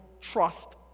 trust